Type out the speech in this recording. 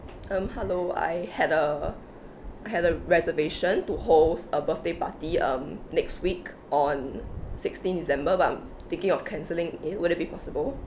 um hello I had a I had a reservation to host a birthday party um next week on sixteen december but I'm thinking of canceling it would it be possible